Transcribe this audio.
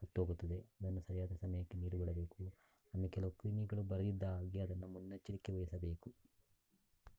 ಹೋಗುತ್ತದೆ ಅದನ್ನು ಸರಿಯಾದ ಸಮಯಕ್ಕೆ ನೀರು ಬಿಡಬೇಕು ಇನ್ನು ಕೆಲವು ಕ್ರಿಮಿಗಳು ಬರದಿದ್ದ ಹಾಗೆ ಅದನ್ನು ಮುನ್ನೆಚ್ಚರಿಕೆ ವಹಿಸಬೇಕು